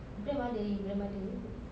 grandmother you grandmother